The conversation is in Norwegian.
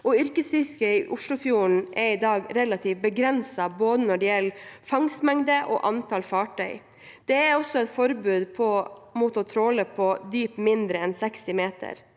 Yrkesfisket i Oslofjorden er i dag relativt begrenset når det gjelder både fangstmengde og antall fartøy. Det er også et forbud mot å tråle på dyp mindre enn 60 meter.